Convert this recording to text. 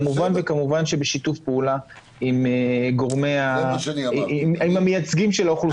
כמובן שבשיתוף פעולה עם המייצגים של האוכלוסייה הזו.